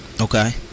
Okay